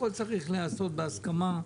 הכול צריך להיעשות בהסכמה.